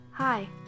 Hi